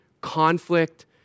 conflict